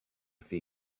feet